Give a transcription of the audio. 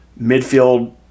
midfield